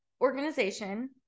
organization